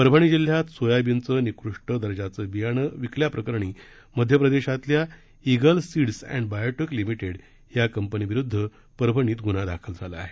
परभणी जिल्ह्यात सोयाबीनचं निकृष्ट दर्जाचं बियाणे विक्री केल्याप्रकरणी मध्यप्रदेशातल्या Eagle Seeds and Biotech Limited या कंपनीविरूध्द परभणीत गुन्हा दाखल झाला आहे